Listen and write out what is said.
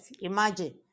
Imagine